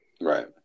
right